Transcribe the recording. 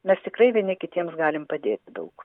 mes tikrai vieni kitiems galime padėt daug